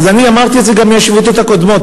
אמרתי את זה גם בשביתות הקודמות,